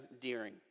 Deering